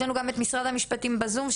יש לי גם את משרד המשפטים בזום,